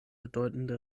bedeutende